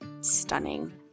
stunning